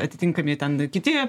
atitinkami ten kiti